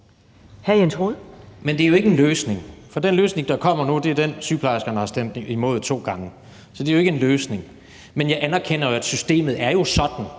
Men det er jo ikke en løsning, for den løsning, der kommer nu, er den, sygeplejerskerne har stemt imod to gange. Så det er jo ikke en løsning, men jeg anerkender, at systemet er sådan,